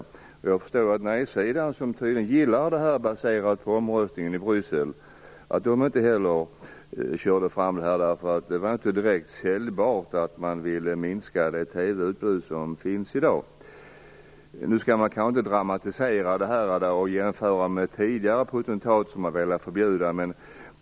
Jag förstår också att nej-sidan, som tydligen gillar detta att döma av omröstningen i Bryssel, inte heller körde fram det. Det var ju inte direkt säljande att vilja minska det TV utbud som finns i dag. Man skall kanske inte dramatisera detta och jämföra med någon tidigare potentat som har velat förbjuda.